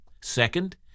Second